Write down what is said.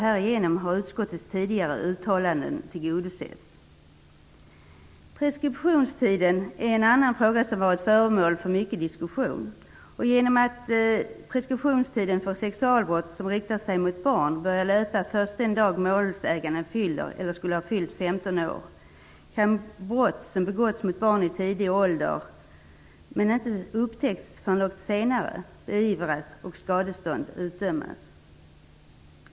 Härigenom har utskottets tidigare uttalanden tillgodosetts. Preskriptionstiden är en annan fråga som har varit föremål för mycket diskussion. Genom att man låter preskriptionstiden för sexualbrott som riktar sig mot barn börja löpa först den dag då målsäganden fyller eller skulle ha fyllt 15 år kan brott, som har begåtts mot barn i tidig ålder men som inte upptäcks förrän långt senare, beivras och skadestånd utdömas.